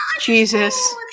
jesus